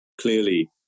clearly